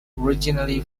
originally